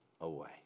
away